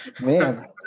man